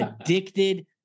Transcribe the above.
addicted